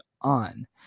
on